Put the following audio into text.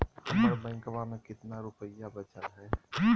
हमर बैंकवा में कितना रूपयवा बचल हई?